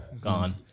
Gone